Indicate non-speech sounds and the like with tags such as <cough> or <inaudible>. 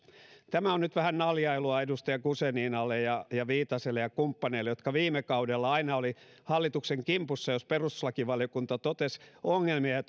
tämä on nyt vähän naljailua edustaja guzeninalle ja ja viitaselle ja kumppaneille jotka viime kaudelle aina olivat hallituksen kimpussa jos perustuslakivaliokunta totesi ongelmia ja <unintelligible>